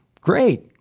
great